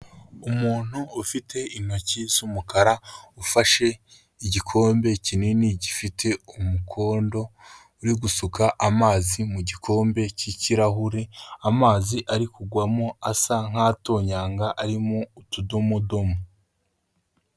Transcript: Umuntu ufite intoki z'umukara ufashe igikombe kinini gifite umukondo, uri gusuka amazi mu gikombe cy'ikirahure, amazi ari kugwamo asa nk'atonyanga arimo utudomodomo.